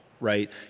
right